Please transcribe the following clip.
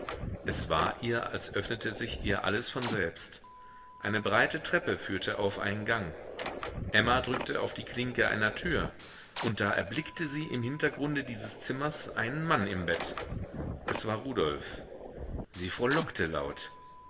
es war ihr als öffnete sich ihr alles von selbst eine breite treppe führte auf einen gang emma drückte auf die klinke einer tür und da erblickte sie im hintergrunde dieses zimmers einen mann im bett es war rudolf sie frohlockte laut